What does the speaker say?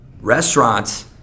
restaurants